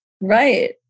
Right